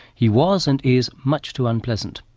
he was and is much too unpleasant.